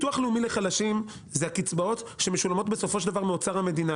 ביטוח לאומי לחלשים זה הקצבאות שמשולמות בסופו של דבר מאוצר המדינה,